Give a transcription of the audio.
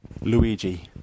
Luigi